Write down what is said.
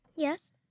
Yes